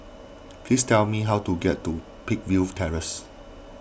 please tell me how to get to Peakville Terrace